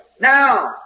Now